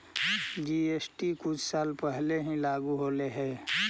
GST कुछ साल पहले ही लागू होलई हे